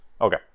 Okay